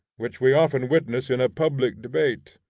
which we often witness in a public debate.